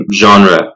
genre